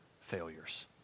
failures